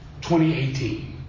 2018